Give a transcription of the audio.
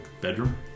bedroom